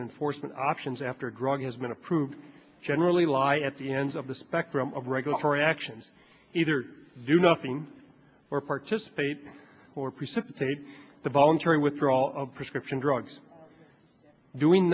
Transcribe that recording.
enforcement options after a drug has been approved generally lie at the ends of the spectrum of regulatory actions either do nothing or participate or precipitate the voluntary withdrawal of prescription drugs doing